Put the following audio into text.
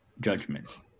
judgment